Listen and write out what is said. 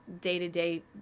day-to-day